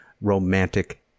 romantic